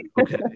okay